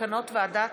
מסקנות ועדת